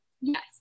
Yes